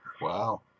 Wow